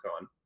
on